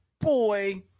boy